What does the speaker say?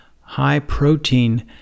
high-protein